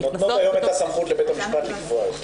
נכנסות --- נותנות היום את הסמכות לבית המשפט לקבוע אותן.